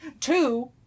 two